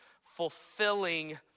fulfilling